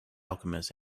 alchemist